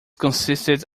consisted